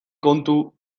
kontu